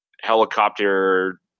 helicopter